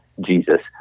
Jesus